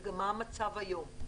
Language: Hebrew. וגם מה המצב היום?